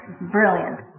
Brilliant